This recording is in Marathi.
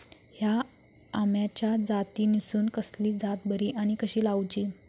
हया आम्याच्या जातीनिसून कसली जात बरी आनी कशी लाऊची?